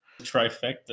Trifecta